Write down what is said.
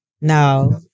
No